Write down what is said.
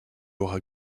aura